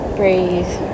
breathe